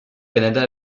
canada